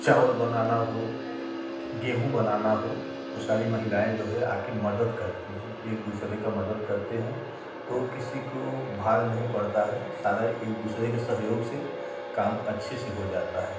चावल बनाना हो गेहूं बनना हो वो सारी महिलाएं जो है आके मदद करती हैं एक दूसरे का मदद करते हैं तो किसी को भाड़ नहीं पड़ता है सारा एक दूसरे के सहयोग से काम अच्छे से हो जाता है